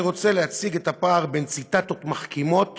אני רוצה להציג את הפער בין ציטטות מחכימות